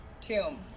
tomb